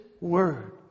word